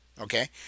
okay